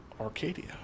Arcadia